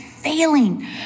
Failing